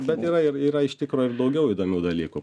bet yra ir ir yra iš tikro ir daugiau įdomių dalykų